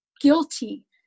guilty